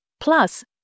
plus